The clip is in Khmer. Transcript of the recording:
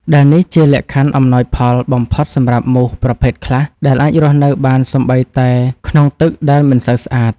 ដែលនេះជាលក្ខខណ្ឌអំណោយផលបំផុតសម្រាប់មូសប្រភេទខ្លះដែលអាចរស់នៅបានសូម្បីតែក្នុងទឹកដែលមិនសូវស្អាត។